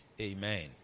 Amen